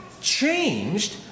changed